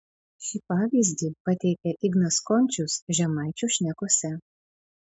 šį pavyzdį pateikia ignas končius žemaičio šnekose